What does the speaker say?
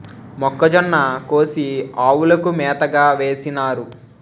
మొక్కజొన్న కోసి ఆవులకు మేతగా వేసినారు